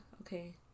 okay